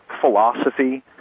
philosophy